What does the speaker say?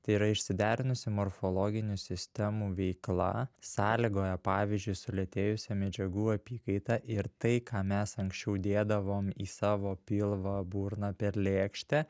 tai yra išsiderinusi morfologinių sistemų veikla sąlygoja pavyzdžiui sulėtėjusią medžiagų apykaitą ir tai ką mes anksčiau dėdavom į savo pilvą burną per lėkštę